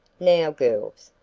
now, girls,